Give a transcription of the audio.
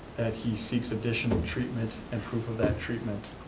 that he seeks additional treatment and proof of that treatment